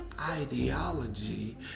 ideology